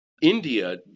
India